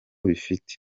bifite